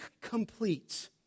complete